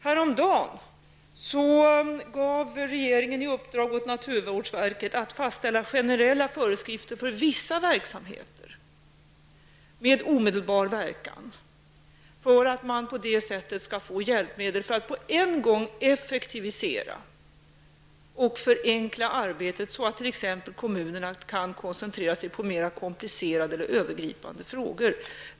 Häromdagen gav regeringen naturvårdsverket i uppdrag att fastställa generella föreskrifter för vissa verksamheter med omedelbar verkan för att man på det sättet skall få hjälpmedel för att på en gång effektivisera och förenkla arbetet, så att t.ex. kommunerna kan koncentrera sig på mer komplicerade eller övergripande frågor.